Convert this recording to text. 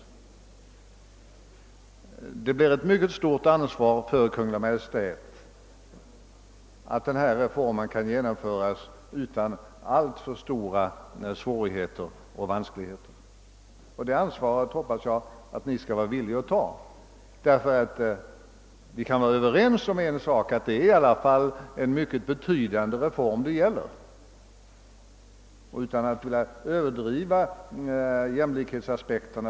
Kungl. Maj:t har ett mycket stort ansvar för att reformen kan genomföras nu utan att vålla alltför stora svårigheter och olägenheter. Jag hoppas att Ni är villig att ta det ansvaret. Reformen har f.ö. bl.a. en jämlikhetsaspekt, även om jag inte vill överdriva den.